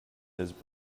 his